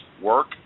work